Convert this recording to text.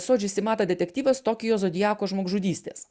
soji shimada detektyvas tokijo zodiako žmogžudystės